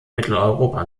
mitteleuropa